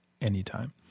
anytime